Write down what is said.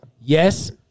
Yes